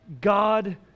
God